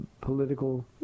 political